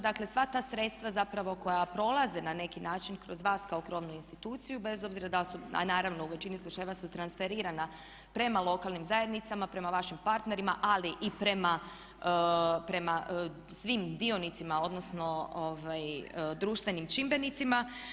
Dakle, sva ta sredstva zapravo koja prolaze na neki način kroz vas kao krovnu instituciju bez obzira da li su, a naravno u većini slučajeva su transferirana prema lokalnim zajednicama, prema vašim partnerima, ali i prema svim dionicima, odnosno društvenim čimbenicima.